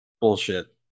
bullshit